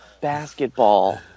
basketball